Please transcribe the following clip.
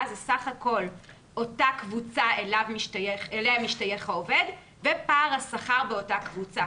זה סך הכול אותה קבוצה אליה משתייך העובד ופער השכר באותה קבוצה.